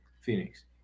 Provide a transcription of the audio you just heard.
Phoenix